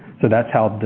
so that's how